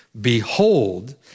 Behold